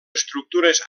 estructures